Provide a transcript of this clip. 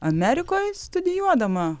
amerikoj studijuodama